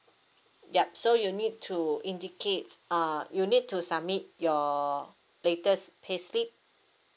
yup so you need to indicate uh you need to submit your latest payslip